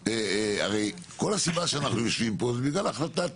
הרי כל הסיבה שאנחנו יושבים פה זה בגלל החלטות